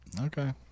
Okay